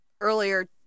earlier